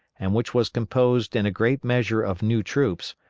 and which was composed in a great measure of new troops,